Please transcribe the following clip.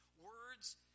Words